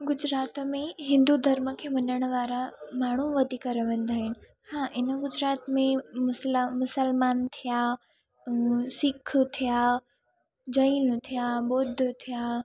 गुजरात में हिंदु धर्म खे मञण वारा माण्हू वधीक रहंदा आहिनि हा इन गुजरात में मुसलम मुसलमान थिया सिख थिया जैन थिया बुध थिया